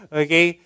okay